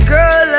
Girl